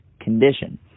condition